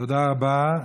תודה רבה.